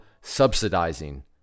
subsidizing